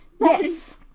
yes